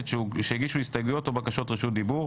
שהגישו הסתייגויות או בקשות רשות דיבור.